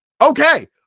okay